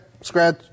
scratch